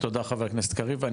תודה חבר הכנסת קריב,